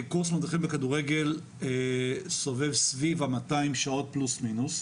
קורס מדריכי כדורגל סובב סביב 200 שעות פלוס מינוס.